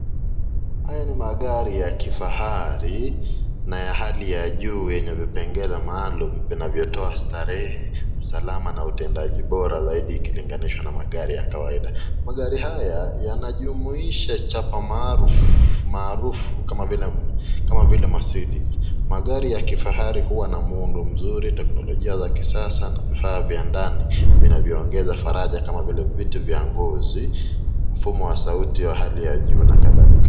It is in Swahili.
Haya ni magari ya kifahari na ya hali ya juu yenye vipengele maalum vinavyotoa starehe, usalama na utendaji bora zaidi ikilinganishwa na magari ya kawaida. Magari haya yanajumuisha chapa maarufu kama vile Mercedes. Magari ya kifahari huwa na muundo mzuri, teknolojia la kisasa na vifaa vya ndani vinavyoongeza faraja kama vile viti vya ngozi, mfumo wa sauti wa hali ya juu na kadhalika.